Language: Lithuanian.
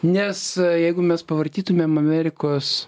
nes jeigu mes pavartytumėm amerikos